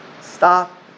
Stop